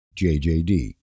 JJD